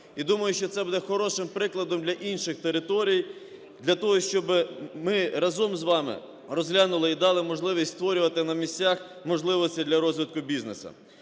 думаю, що це буде хорошим прикладом для інших територій, для того щоб ми разом з вами розглянули і дали можливість створювати на місцях можливості для розвитку бізнесу.